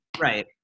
Right